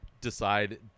decide